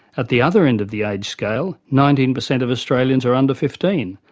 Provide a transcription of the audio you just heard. at the other end of the age scale nineteen percent of australians are under fifteen,